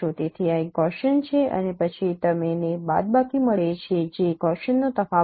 તેથી આ એક ગૌસીયન છે અને પછી તમને બાદબાકી મળે છે જે ગૌસીયનનો તફાવત છે